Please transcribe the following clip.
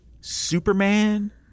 Superman